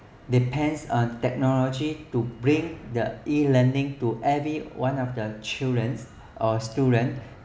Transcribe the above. depends on technology to bring the E-learning to every one of the children or students